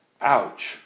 Ouch